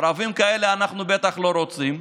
ערבים כאלה אנחנו בטח לא רוצים,